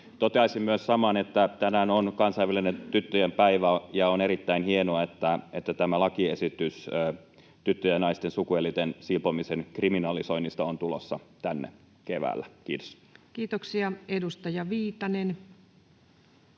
Toteaisin myös samaan, että tänään on kansainvälinen tyttöjen päivä, ja on erittäin hienoa, että tämä lakiesitys tyttöjen ja naisten sukuelinten silpomisen kriminalisoinnista on tulossa tänne keväällä. — Kiitos. [Speech